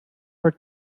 her